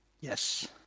Yes